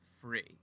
free